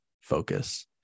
focus